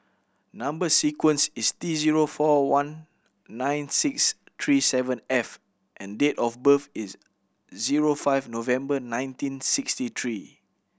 number sequence is T zero four one nine six three seven F and date of birth is zero five November nineteen sixty three